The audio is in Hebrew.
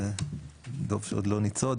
דוב שעוד לא ניצוד,